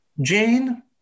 Jane